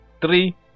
three